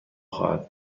خواهد